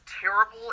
terrible